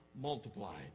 multiplied